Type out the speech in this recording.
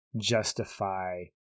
justify